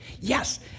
Yes